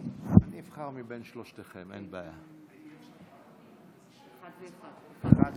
ונפגעים, נפגעות ונפגעי תקיפה מינית